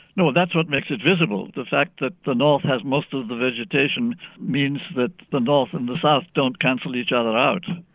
you know that's what makes it visible. the fact that the north has most of of the vegetation means that the north and the south don't cancel each other out.